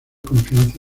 confianza